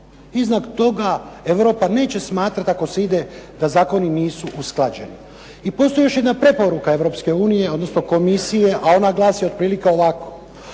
Iznad toga Europa neće smatrati ako se ide da zakoni nisu usklađeni. I postoji još jedna preporuka Europske unije odnosno komisije a ona glasi otprilike ovako,